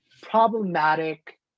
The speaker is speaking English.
problematic